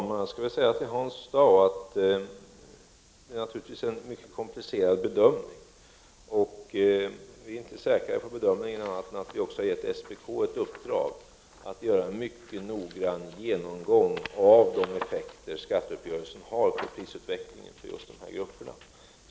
Herr talman! Det är naturligtvis en mycket komplicerad bedömning, Hans Dau. Vi är dock inte säkrare i bedömningen än att vi också har gett SPK i uppdrag att göra en mycket noggrann genomgång av de effekter skatteuppgörelsen har på prisutvecklingen för dessa grupper.